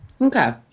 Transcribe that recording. Okay